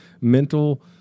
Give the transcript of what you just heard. mental